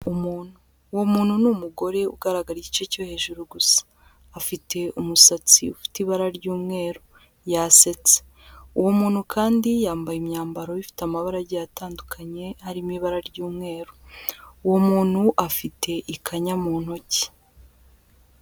Umuntu, uwo muntu ni umugore ugaragara igice cyo hejuru gusa. Afite umusatsi ufite ibara ry'umweru, yasetse. Uwo muntu kandi yambaye imyambaro ifite amabara agiye atandukanye arimo ibara ry'umweru. Uwo muntu afite ikanya mu ntoki.